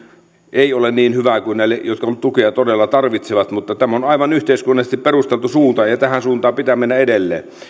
ei ole niin hyvä kuin näille jotka tukea todella tarvitsevat mutta tämä on yhteiskunnallisesti aivan perusteltu suunta ja tähän suuntaan pitää mennä edelleen